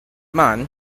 men